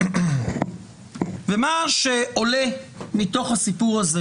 מה שעולה מתוך הסיפור הזה